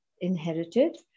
inherited